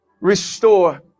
restore